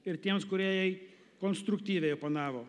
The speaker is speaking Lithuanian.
ir tiems kurie jai konstruktyviai oponavo